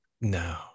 no